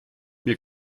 mir